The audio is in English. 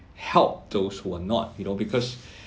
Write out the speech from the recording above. help those who are not you know because